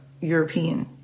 European